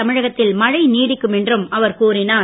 தமிழகத்தில் மழை நீடிக்கும் என்றும் அவர் கூறினார்